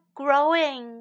growing